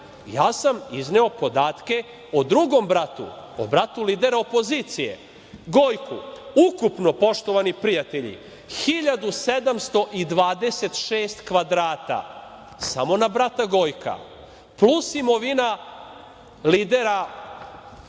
ja sam izneo podatke o drugom bratu, o bratu lidera opozicije, Gojku. Ukupno, poštovani prijatelji, 1.726 kvadrata, samo na brata Gojka, plus imovina lidera žute